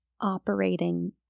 operating